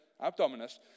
abdominus